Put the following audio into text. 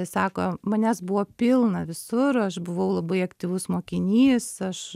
sako manęs buvo pilna visur aš buvau labai aktyvus mokinys aš